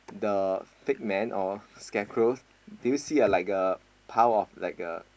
the fake man or scarecrow do you see a like a pile of like a